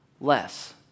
less